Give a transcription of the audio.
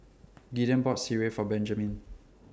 Gideon bought Sireh For Benjaman